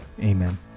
Amen